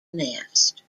nest